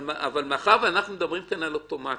אבל מאחר ואנחנו מדברים כאן על אוטומטית,